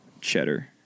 Cheddar